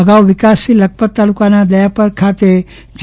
અગાઉ વિકાસશીલ લખપત તાલુકાના દયાપર ખાતે જી